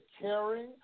caring